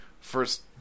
first